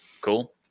cool